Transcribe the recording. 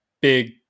big